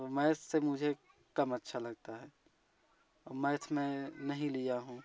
math से मुझे कम अच्छा लगता है अ मैथ मैं नहीं लिया हूँ